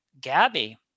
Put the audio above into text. Gabby